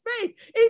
faith